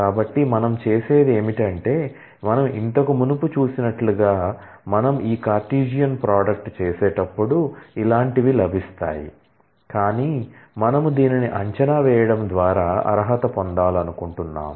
కాబట్టి మనం చేసేది ఏమిటంటే మనం ఇంతకు మునుపు చూసినట్లుగా మనము ఈ కార్టెసియన్ ప్రోడక్ట్ చేసేటప్పుడు ఇలాంటివి లభిస్తాయికానీ మనము దీనిని అంచనా వేయడం ద్వారా అర్హత పొందాలనుకుంటున్నాము